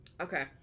okay